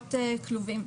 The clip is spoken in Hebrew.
שמאפשרות כלובים.